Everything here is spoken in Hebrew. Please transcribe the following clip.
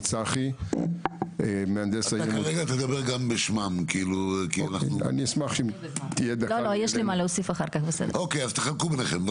אני יודע שהמבנים המסוכנים עלו לשיח הציבורי